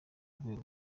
rwego